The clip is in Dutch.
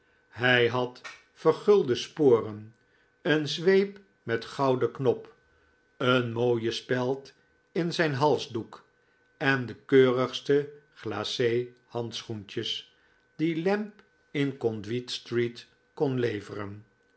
hij had vergulde sporen een zweep met gouden knop een mooie speld in zijn halsdoek en de keurigste glace handschoentjes die lamb in conduit street kon leveren